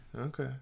okay